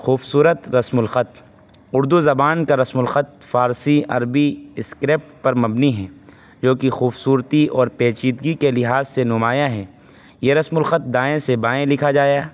خوبصورت رسم الخط اردو زبان کا رسم الخط فارسی عربی اسکرپٹ پر مبنی ہے جو کہ خوبصورتی اور پیچیدگی کے لحاظ سے نمایاں ہیں یہ رسم الخط دائیں سے بائیں لکھا جایا